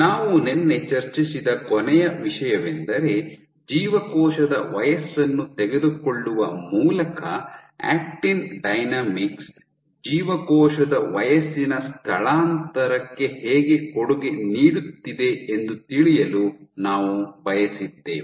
ನಾವು ನಿನ್ನೆ ಚರ್ಚಿಸಿದ ಕೊನೆಯ ವಿಷಯವೆಂದರೆ ಜೀವಕೋಶದ ವಯಸ್ಸನ್ನು ತೆಗೆದುಕೊಳ್ಳುವ ಮೂಲಕ ಆಕ್ಟಿನ್ ಡೈನಾಮಿಕ್ಸ್ ಜೀವಕೋಶದ ವಯಸ್ಸಿನ ಸ್ಥಳಾಂತರಕ್ಕೆ ಹೇಗೆ ಕೊಡುಗೆ ನೀಡುತ್ತಿದೆ ಎಂದು ತಿಳಿಯಲು ನಾವು ಬಯಸಿದ್ದೇವೆ